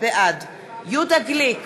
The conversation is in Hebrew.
בעד יהודה גליק,